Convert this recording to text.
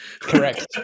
Correct